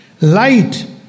Light